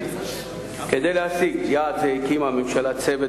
כדי להשיג יעד זה הקימה הממשלה צוות